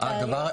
מתי?